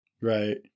right